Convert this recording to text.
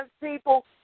people